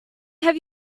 have